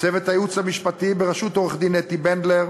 צוות הייעוץ המשפטי בראשות עורכת-הדין אתי בנדלר